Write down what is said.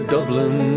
Dublin